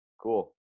cool